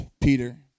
Peter